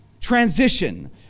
transition